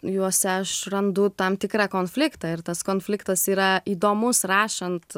juose aš randu tam tikrą konfliktą ir tas konfliktas yra įdomus rašant